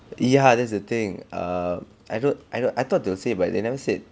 ya that's the thing err I don't I don't I thought they will say but they never said